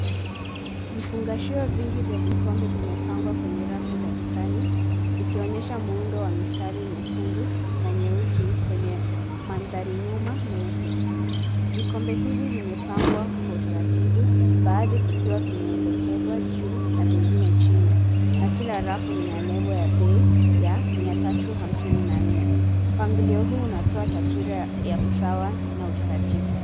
Vifungashio vingi vya vikombe vimepangwa kwenye rafu za dukani, vikionyesha muundo wa mistari nyekundu na nyeusi kwenye mandhari nyuma meupe. Vikombe hivi vimepangwa kwa utaratibu, baadhi vikiwa vimeelekezwa juu na vingine chini. Na kila rafu ina lebo ya bei ya mia tatu hamsini na nne. Mpangilio huu unatoa taswira ya usawa na utaratibu.